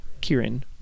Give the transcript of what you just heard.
kieran